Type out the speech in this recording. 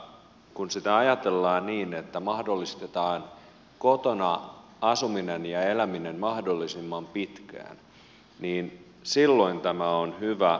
kun sitä ajatellaan niin että mahdollistetaan kotona asuminen ja eläminen mahdollisimman pitkään silloin tämä on hyvä